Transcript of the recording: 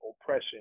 oppression